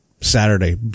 Saturday